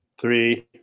Three